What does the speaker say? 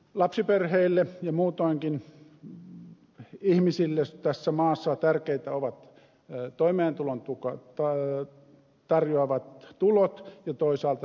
lapsiperheille ja muutoinkin ihmisille tässä maassa tärkeitä ovat toimeentulon tarjoavat tulot ja toisaalta sitten palvelut